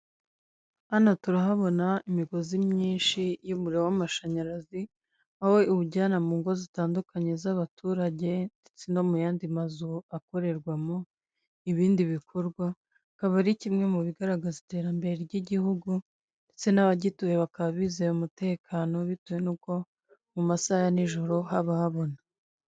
Hano turahabona imigozi myinshi y'umuriro w'amashanyarazi, aho uwujyana mu ingo zitandukanye z'abaturage, ndetse no mu yandi mazu akorerwamo ibindi bikorwa, akaba ari kimwe mu bigaragaza iterambere ry'igihugu ndetse n'abagituye bakaba bizeye umutekano bitewe n'uko, mu masaha ya n'ijoro haba habona.